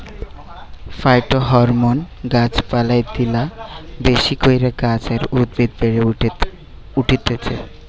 phytohormone গাছ পালায় দিলা বেশি কইরা গাছ আর উদ্ভিদ বেড়ে উঠতিছে